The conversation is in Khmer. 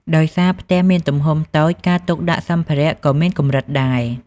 ដោយសារផ្ទះមានទំហំតូច ការទុកដាក់សម្ភារៈក៏មានកម្រិតដែរ។